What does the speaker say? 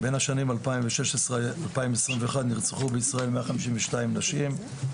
בין השנים 2016-2021 נרצחו בישראל שבעים ושתיים נשים.